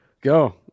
Go